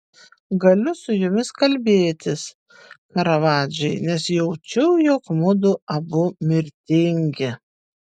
galiu su jumis kalbėtis karavadžai nes jaučiu jog mudu abu mirtingi